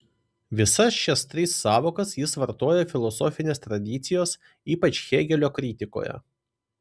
visas šias tris sąvokas jis vartoja filosofinės tradicijos ypač hėgelio kritikoje